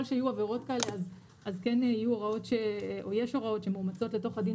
ככל שיהיו עבירות כאלה אז יש הוראות שמאומצות לתוך הדין